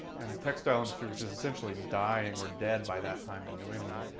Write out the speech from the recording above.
and the textile industry which is essentially dying or dead by that time in new england,